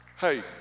Hey